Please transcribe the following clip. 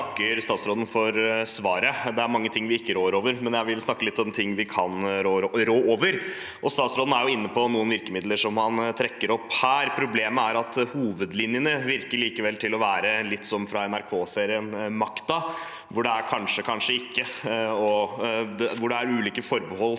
Statsråden er inne på noen virkemidler, som han trekker opp her. Problemet er at hovedlinjene likevel virker litt som å være fra NRK-serien Makta, hvor det er kanskje, kanskje ikke, og hvor det er ulike forbehold som tas.